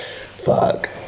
Fuck